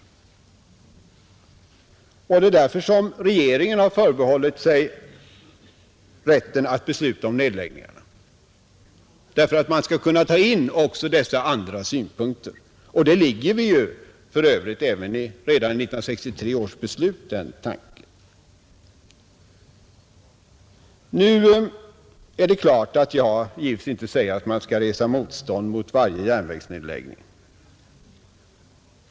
Regeringen har förbehållit sig rätten att besluta om nedläggningarna, därför att man skall kunna ta med också dessa andra faktorer i bilden. Den tanken ligger för övrigt redan i 1963 års beslut. Jag menar givetvis inte att man skall resa motstånd mot varje järnvägsnedläggning.